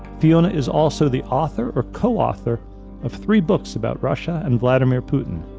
fiona is also the author or co-author of three books about russia and vladimir putin,